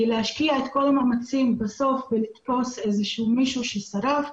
כי להשקיע את כל המאמצים בסוף בלתפוס איזה שהוא מישהו ששרף,